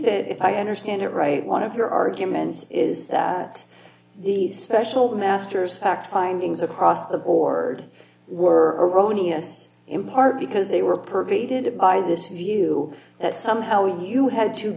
that if i understand it right one of your arguments is that these special masters act findings across the board were erroneous in part because they were pervaded by this view that somehow you had to